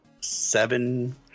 seven